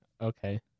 Okay